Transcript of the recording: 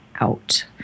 out